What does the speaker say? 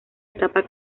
etapa